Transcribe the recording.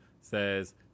Says